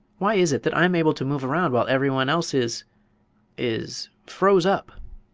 why is it that i'm able to move around while everyone else is is froze up?